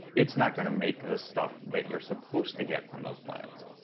it's not going to make the stuff that you're supposed to get from those plants.